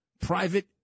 private